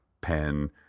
pen